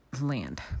land